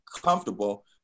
comfortable